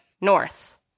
north